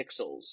pixels